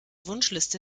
wunschliste